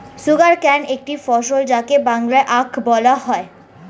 sugarcane একটি ফসল যাকে বাংলায় আখ বলা হয়